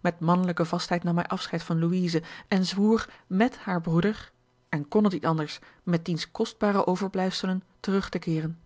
met mannelijke vastheid nam hij afscheid van louise en zwoer met haren broeder en kon het niet anders met diens kostbare overblijfselen terug te keeren